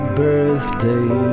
birthday